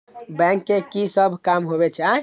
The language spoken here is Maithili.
बैंक के की सब काम होवे छे?